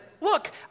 look